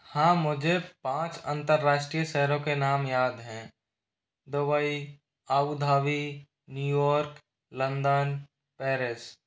हाँ मुझे पाँच अंतरराष्ट्रीय शहरों के नाम याद हैं Dubai Abu Dhabi New York London Paris